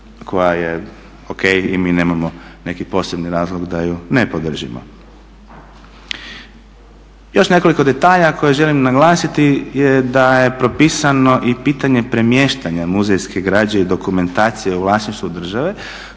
koja je o.k. i mi nemamo neki posebni razlog da ju ne podržimo. Još nekoliko detalja koje želim naglasiti je da je propisano i pitanje premještanja muzejske građe i dokumentacije u vlasništvu države.